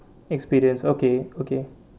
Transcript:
experience okay okay